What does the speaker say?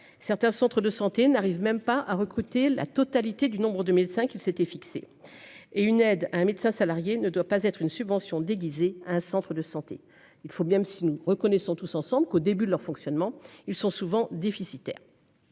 Certains centres de santé n'arrive même pas à recruter la totalité du nombre de 1005, il s'était fixé et une aide un médecin salarié ne doit pas être une subvention déguisée. Un centre de santé, il faut bien si nous reconnaissons tous ensemble qu'au début de leur fonctionnement, ils sont souvent déficitaires.